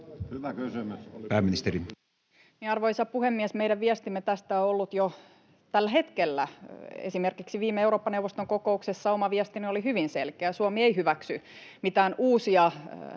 Arvoisa puhemies! Meidän viestimme tästä on ollut jo tällä hetkellä ja esimerkiksi viime Eurooppa-neuvoston kokouksessa oma viestini oli hyvin selkeä: Suomi ei hyväksy mitään uusia